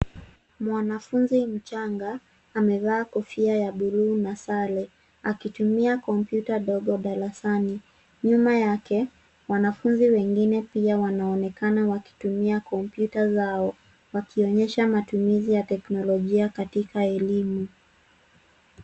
Mwanafunzi mchanga amevaa kofia ya bluu na sare akitumia kompyuta ndogo darasani. Nyuma yake, wanafunzi wengine pia wanaonekana wakitumia kompyuta zao wakionyesha matumizi ya teknolojia katika elimu.